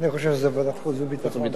אני חושב שזה ועדת החוץ והביטחון.